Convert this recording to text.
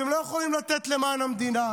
אז הם לא יכולים לתת למען המדינה.